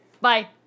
bye